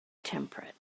temperate